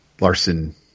Larson